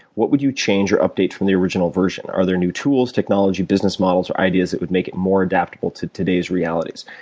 what would you change or update from the original version? are there new tools, technology, business models, or ideas that would make it more adaptable to today's realities?